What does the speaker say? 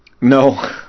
No